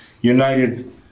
united